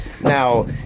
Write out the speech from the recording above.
Now